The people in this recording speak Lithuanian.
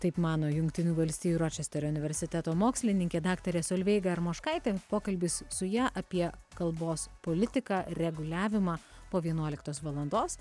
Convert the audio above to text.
taip mano jungtinių valstijų ročesterio universiteto mokslininkė daktarė solveiga armoškaitė pokalbis su ja apie kalbos politiką reguliavimą po vienuoliktos valandos